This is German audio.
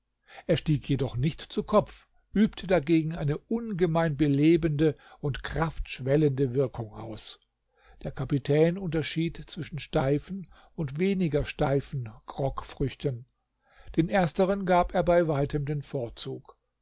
er stieg jedoch nicht zu kopf übte dagegen eine ungemein belebende und kraftschwellende wirkung aus der kapitän unterschied zwischen steifen und weniger steifen grogfrüchten den ersteren gab er bei weitem den vorzug